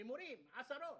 ומורים, עשרות,